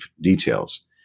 details